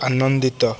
ଆନନ୍ଦିତ